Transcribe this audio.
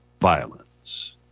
violence